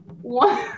one